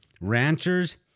ranchers